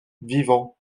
vivants